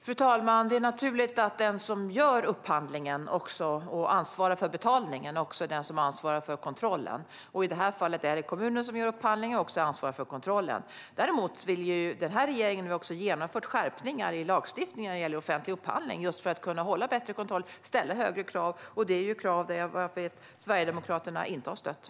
Fru talman! Det är naturligt att den som gör upphandlingen och ansvarar för betalningen också är den som ansvarar för kontrollen. I det här fallet är det kommunen som gör upphandlingen och som också är ansvarig för kontrollen. Däremot har regeringen genomfört skärpningar i lagstiftningen när det gäller offentlig upphandling just för att kunna ha en bättre kontroll och ställa högre krav. Det är krav som Sverigedemokraterna inte har stöttat.